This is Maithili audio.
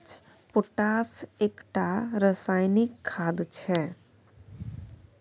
पोटाश एकटा रासायनिक खाद छै